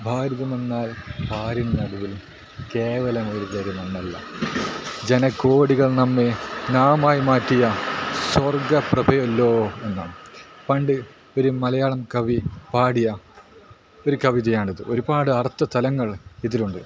ഭാരതമെന്നാൽ പാരിൻ നടുവിൽ കേവലമൊരു തരി മണ്ണല്ല ജനകോടികൾ നമ്മെ നാമായി മാറ്റിയ സ്വർഗ്ഗ പ്രഭയല്ലോ എന്നാണ് പണ്ട് ഒരു മലയാളം കവി പാടിയ ഒരു കവിതയാണിത് ഒരുപാട് അർത്ഥ തലങ്ങൾ ഇതിലുണ്ട്